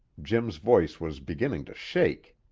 jim's voice was beginning to shake.